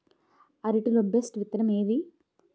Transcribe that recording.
అరటి లో బెస్టు విత్తనం ఏది?